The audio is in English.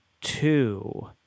two